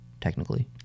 technically